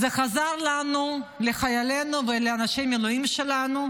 זה עזר לנו לחיילינו ולאנשי המילואים שלנו,